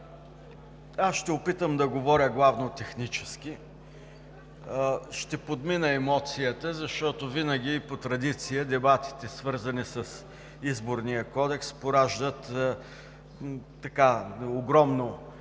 Аз ще се опитам да говоря главно технически. Ще подмина емоцията, защото винаги по традиция дебатите, свързани с Изборния кодекс, пораждат огромно